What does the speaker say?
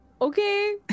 Okay